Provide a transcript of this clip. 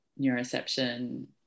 neuroception